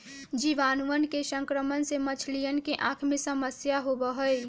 जीवाणुअन के संक्रमण से मछलियन के आँख में समस्या होबा हई